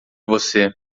você